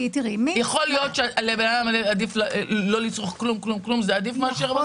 יכול להיות שלאדם עדיף לא לצרוך כלום מאשר לצרוך מיץ?